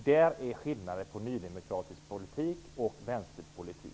Där är skillnaden mellan nydemokratisk politik och vänsterpolitik.